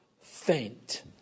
faint